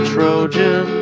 Trojan